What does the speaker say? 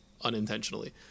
unintentionally